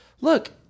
look